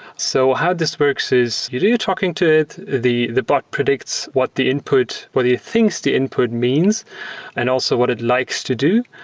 so how this works is you're really talking to it. the the bot predicts what the input or the things to input means and also what it likes to do.